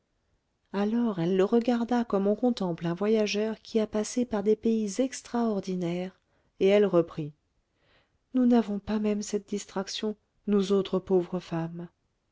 alors elle le regarda comme on contemple un voyageur qui a passé par des pays extraordinaires et elle reprit nous n'avons pas même cette distraction nous autres pauvres femmes